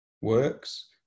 works